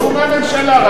תדרשו מהממשלה.